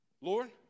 Lord